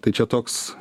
tai čia toks